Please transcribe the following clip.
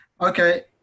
okay